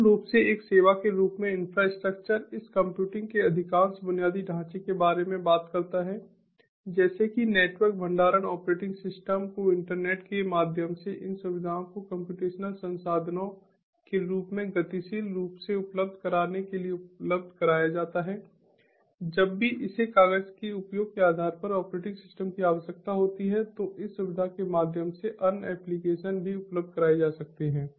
मूल रूप से एक सेवा के रूप में इन्फ्रास्ट्रक्चर इस कंप्यूटिंग के अधिकांश बुनियादी ढांचे के बारे में बात करता है जैसे कि नेटवर्क भंडारण ऑपरेटिंग सिस्टम को इंटरनेट के माध्यम से इन सुविधाओं को कम्प्यूटेशनल संसाधनों के रूप में गतिशील रूप से उपलब्ध कराने के लिए उपलब्ध कराया जाता है जब भी इसे कागज़ के उपयोग के आधार पर ऑपरेटिंग सिस्टम operating system की आवश्यकता होती है तो इस सुविधा के माध्यम से अन्य एप्लिकेशन भी उपलब्ध कराए जा सकते हैं